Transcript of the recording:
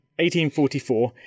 1844